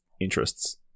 interests